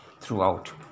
throughout